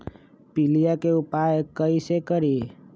पीलिया के उपाय कई से करी?